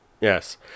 Yes